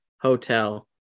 Hotel